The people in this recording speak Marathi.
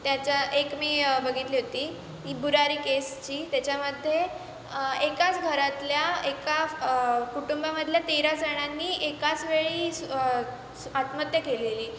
त्याचा एक मी बघितली होती की बुरारी केसची त्याच्यामध्ये एकाच घरातल्या एका कुटुंबामधल्या तेरा जणांनी एकाचवेळी स् स् आत्महत्त्या केलेली